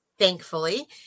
thankfully